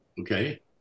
Okay